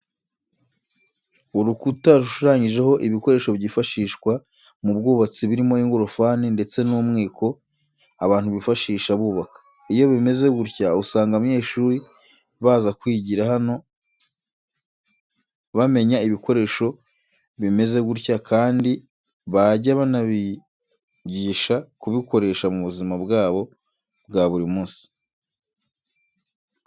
Urukuta rushushanyijeho ibikoresho byifashishwa mu bwubatsi birimo ingorofani ndetse n'umwiko abantu bifashisha bubaka, iyo bimeze gutya usanga abanyeshuri baza kwigira hano bamenya ibikoresho bimeze gutya kandi bajya banabigisha kubikoresha mu buzima bwabo bwa buri munsi.